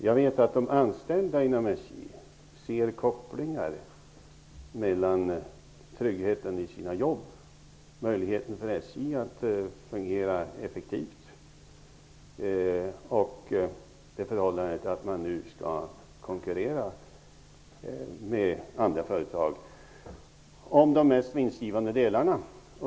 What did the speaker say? Jag vet att de anställda inom SJ ser kopplingar mellan tryggheten i sina jobb, möjligheten för SJ att fungera effektivt och det förhållandet att man nu skall konkurrera med andra företag om de mest vinstgivande delarna.